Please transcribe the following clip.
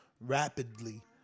rapidly